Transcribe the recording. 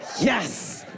Yes